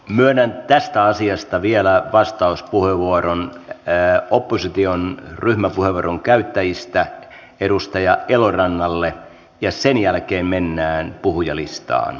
myönnän tästä asiasta vielä vastauspuheenvuoron opposition ryhmäpuheenvuoron käyttäjistä edustaja elorannalle ja sen jälkeen mennään puhujalistaan